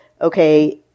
Okay